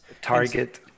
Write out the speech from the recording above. target